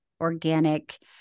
organic